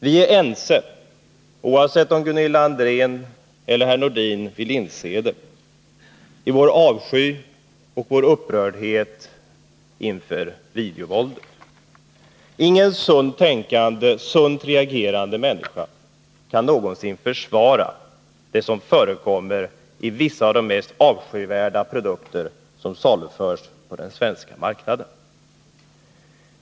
Vi är ense, oavsett om Gunilla André eller herr Nordin vill inse det eller inte, i vår avsky för och vår upprördhet inför videovåldet. Ingen sunt tänkande, sunt reagerande människa kan någonsin försvara det som förekommer i vissa av de mest avskyvärda produkter som saluförs på den svenska marknaden.